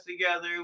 together